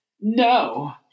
No